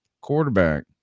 quarterback